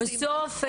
בסוף,